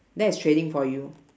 that is trading for you